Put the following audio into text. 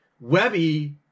Webby